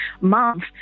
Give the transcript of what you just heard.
month